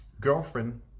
girlfriend